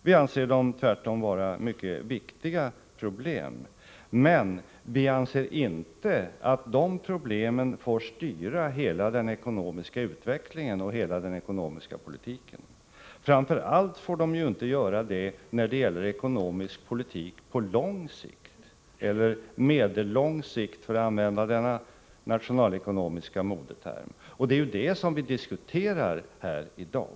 Vi anser tvärtom att detta är mycket viktiga problem, men vi anser inte att de problemen skall få styra hela den ekonomiska utvecklingen och hela den ekonomiska politiken. Framför allt får de inte göra det när det gäller ekonomisk politik på lång sikt — eller medellång sikt, för att använda den nationalekonomiska modetermen — och det är ju det som vi diskuterar här i dag.